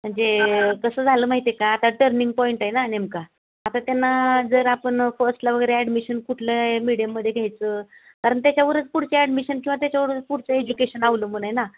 म्हणजे कसं झालं माहिती आहे का आता टर्निंग पॉईंट आहे ना नेमका आता त्यांना जर आपण फर्स्टला वगैरे ॲडमिशन कुठल्या मिडियमध्ये घ्यायचं कारण त्याच्यावरच पुढच्या ॲडमिशन्सला त्याच्यावरच पुढचं एज्युकेशन अवलंबून आहे ना